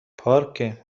پارکه